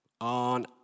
on